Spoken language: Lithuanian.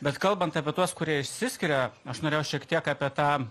bet kalbant apie tuos kurie išsiskiria aš norėjau šiek tiek apie tą